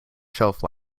shelf